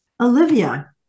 Olivia